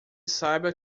saiba